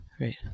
right